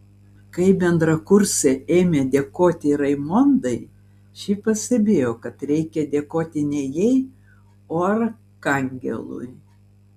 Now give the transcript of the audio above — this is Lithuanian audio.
kai bendrakursė ėmė dėkoti raimondai ši pastebėjo kad reikia dėkoti ne jai o arkangelui